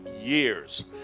years